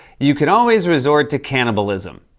you can always resort to cannibalism.